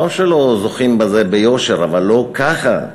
לא שלא זוכים בזה ביושר, אבל לא ככה,